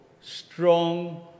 strong